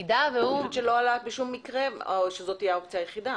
לא עלה בשום מקרה, שזו תהיה האופציה היחידה.